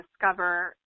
discover